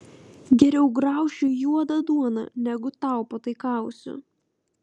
geriau graušiu juodą duoną negu tau pataikausiu